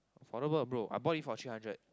affordable bro I bought it for three hundred